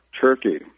Turkey